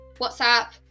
whatsapp